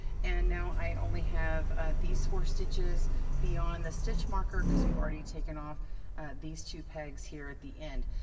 and now i only have ah these four stitches beyond the stitch marker, cause we've already taken off these two pegs here at the end.